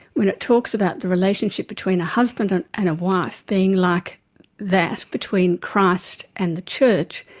when it talks about the relationship between a husband and and a wife being like that between christ and the church,